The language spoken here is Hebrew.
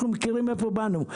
אנחנו מכירים מאיפה בנו,